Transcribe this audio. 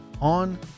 on